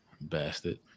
Bastard